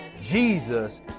Jesus